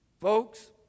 Folks